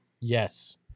Yes